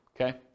Okay